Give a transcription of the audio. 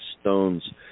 stones